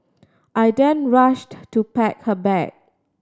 I then rushed to pack her bag